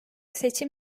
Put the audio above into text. seçim